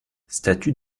statue